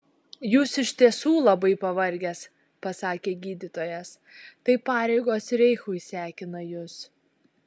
jūs iš tiesų labai pavargęs pasakė gydytojas tai pareigos reichui sekina jus